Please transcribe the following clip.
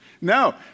No